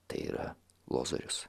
tai yra lozorius